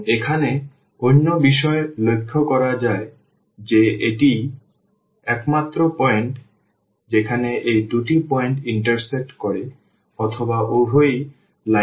এবং এখানে অন্য বিষয় লক্ষ্য করা যায় যে এটাই একমাত্র পয়েন্ট যেখানে এই দুটি পয়েন্ট ইন্টারসেক্ট করে অথবা উভয় লাইনের একমাত্র সাধারণ পয়েন্ট